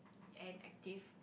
and active